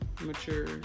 Mature